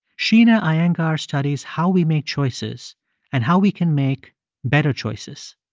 sheena iyengar studies how we make choices and how we can make better choices.